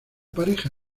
pareja